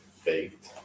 faked